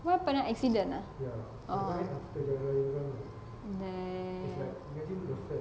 !huh! pernah accident ah damn